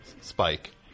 Spike